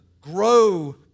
grow